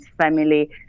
family